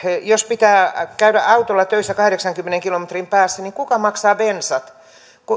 jos pitää käydä autolla töissä kahdeksankymmenen kilometrin päässä niin kuka maksaa bensat